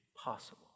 possible